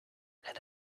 and